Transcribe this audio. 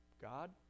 God